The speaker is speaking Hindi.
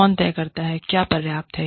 कौन तय करता है क्या पर्याप्त है